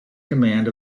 command